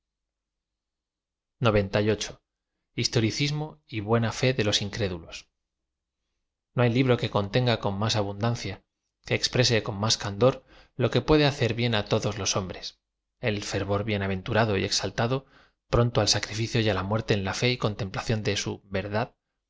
o y hxiénafé de lo incrédulos no hay libro que contenga con más abundaucfa que exprese cod más candor lo que puede hacer bien á todos los hombres e l íe rro r bienaventurado y exal tado pronto ai sacrifcio y á la muerte en la fe y contem plació a de u verd